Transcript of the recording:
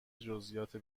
جزییات